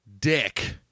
dick